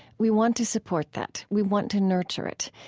we want to support that. we want to nurture it.